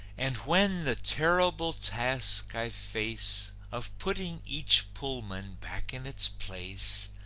and when the terrible task i face of putting each pullman back in its place,